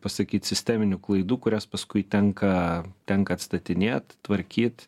pasakyt sisteminių klaidų kurias paskui tenka tenka atstatinėt tvarkyt